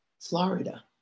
Florida